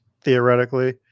theoretically